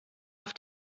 auf